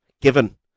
given